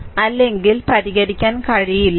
അല്ലെങ്കിൽ പരിഹരിക്കാൻ കഴിയില്ല